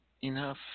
enough